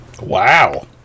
wow